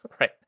Right